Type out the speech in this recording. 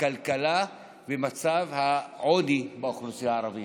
הכלכלה ומצב העוני באוכלוסייה הערבית?